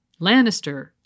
Lannister